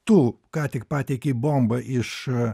tu ką tik pateikei bombą iš